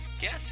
Guess